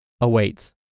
awaits